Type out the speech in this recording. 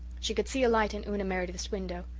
she could see a light in una meredith's window.